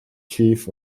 chief